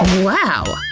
wow!